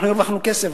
אנחנו הרווחנו כסף,